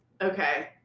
Okay